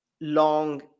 long